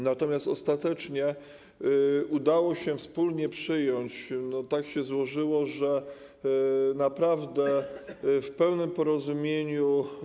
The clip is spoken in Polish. Natomiast ostatecznie udało się to wspólnie przyjąć, tak się złożyło, że naprawdę w pełnym porozumieniu.